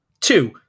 Two